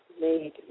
made